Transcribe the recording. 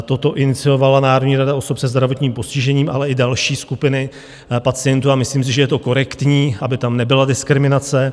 Toto iniciovala Národní rada osob se zdravotním postižením, ale i další skupiny pacientů, a myslím si, že je to korektní, aby tam nebyla diskriminace.